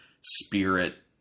spirit